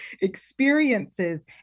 experiences